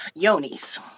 yonis